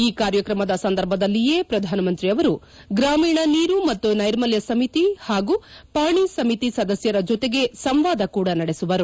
ಈ ಕಾರ್ಯಕ್ರಮದ ಸಂದರ್ಭದಲ್ಲಿಯೇ ಪ್ರಧಾನಮಂತ್ರಿ ಅವರು ಗ್ರಾಮೀಣ ನೀರು ಮತ್ತು ನೈರ್ಮಲ್ಯ ಸಮಿತಿ ಮತ್ತು ಪಾಣಿ ಸಮಿತಿ ಸದಸ್ನರ ಜೊತೆಗೆ ಸಂವಾದ ಕೂಡ ನಡೆಸುವರು